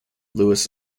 louis